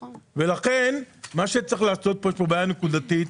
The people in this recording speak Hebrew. לכן, יש פה בעיה נקודתית.